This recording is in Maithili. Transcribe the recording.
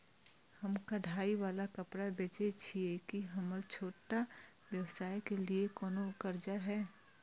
हम कढ़ाई वाला कपड़ा बेचय छिये, की हमर छोटा व्यवसाय के लिये कोनो कर्जा है?